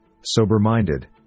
sober-minded